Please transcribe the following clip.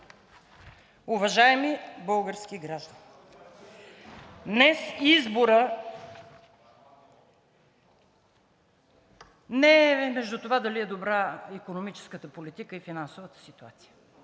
Уважаеми български граждани, днес изборът не е между това дали е добра икономическата политика и финансовата ситуация,